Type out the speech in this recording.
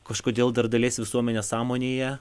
kažkodėl dar dalies visuomenės sąmonėje